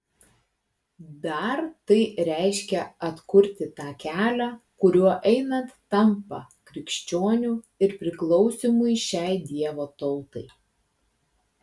dar tai reiškia atkurti tą kelią kuriuo einant tampa krikščioniu ir priklausymui šiai dievo tautai